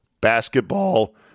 basketball